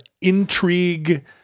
intrigue